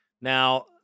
Now